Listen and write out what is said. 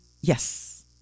Yes